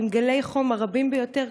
אבל עם גלי החום הרבים ביותר.